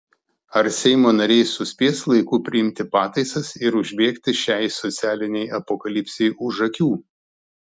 ar seimo nariai suspės laiku priimti pataisas ir užbėgti šiai socialinei apokalipsei už akių